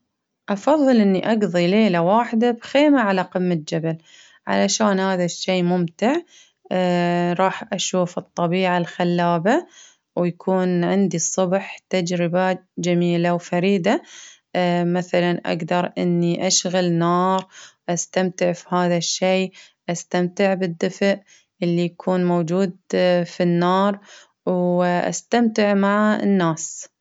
أفظل إني أقظي ليلة واحدة بخيمة على قمة جبل، علشان هذا الشي ممتع، راح أشوف الطبيعة الخلابة، ويكون عندي الصبح تجربة جميلة وفريدة مثلا أقدر إني أشغل نار، أستمتع في هذا الشي، أستمتع بالدفئ اللي يكون موجود في النار، وأستمتع مع الناس.